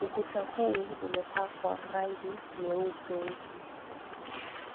Ukuta huu umepakwa rangi nyeupe.